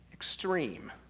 extreme